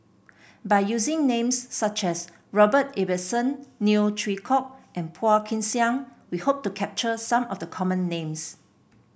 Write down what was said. by using names such as Robert Ibbetson Neo Chwee Kok and Phua Kin Siang we hope to capture some of the common names